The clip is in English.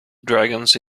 dragons